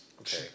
Okay